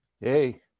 hey